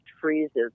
freezes